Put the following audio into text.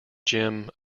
gym